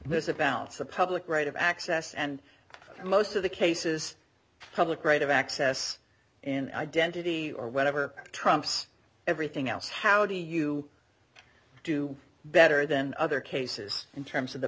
there's a bounce a public right of access and most of the case is public right of access and identity or whatever trumps everything else how do you i do better than other cases in terms of the